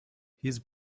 his